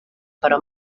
però